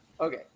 Okay